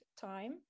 time